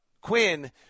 Quinn